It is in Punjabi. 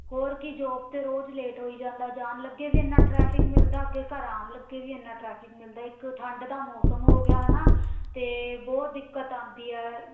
ਹੋਰ ਕੀ ਜੋਬ 'ਤੇ ਰੋਜ਼ ਲੇਟ ਹੋਈ ਜਾਂਦਾ ਜਾਣ ਲੱਗੇ ਵੀ ਇੰਨਾ ਟਰੈਫਿਕ ਮਿਲਦਾ ਅੱਗੇ ਘਰ ਆਉਣ ਲੱਗੇ ਵੀ ਇੰਨਾ ਟਰੈਕਿੰਗ ਮਿਲਦਾ ਇੱਕ ਠੰਡ ਦਾ ਮੌਸਮ ਹੋ ਗਿਆ ਹੈ ਨਾ ਅਤੇ ਬਹੁਤ ਦਿੱਕਤ ਆਉਂਦੀ ਹੈ